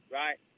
right